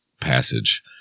passage